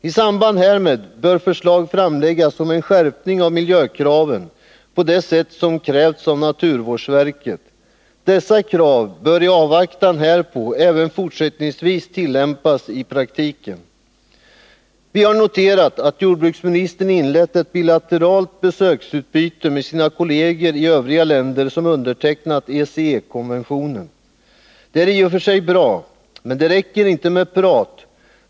I samband härmed bör förslag också läggas fram om en skärpning av miljökraven på det sätt som naturvårdsverket kräver. Dessa krav bör i avvaktan härpå även fortsättningsvis tillämpas i praktiken. Vi har noterat att jordbruksministern inlett ett bilateralt besöksutbyte med sina kolleger i övriga länder som undertecknat ECE-konventionen. Det är i och för sig bra. Men det räcker inte med prat.